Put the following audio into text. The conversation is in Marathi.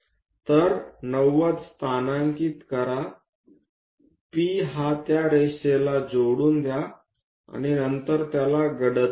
तर 90 स्थानांकित करा P हा त्या रेषेला जोडून द्या आणि नंतर त्याला गडद करा